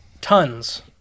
tons